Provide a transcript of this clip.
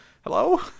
Hello